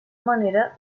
manera